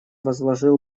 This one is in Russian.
возложил